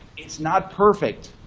it's not perfect,